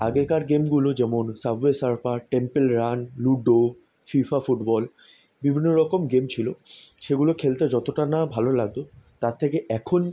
আগেকার গেমগুলো যেমন subway surfer temple run ludo FIFA football বিভিন্ন রকম গেম ছিলো সেগুলো খেলতে যতোটা না ভালো লাগতো তার থেকে এখন